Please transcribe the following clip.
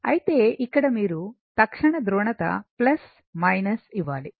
అయితే ఇక్కడ మీరు తక్షణ ధ్రువణత ఇవ్వాలి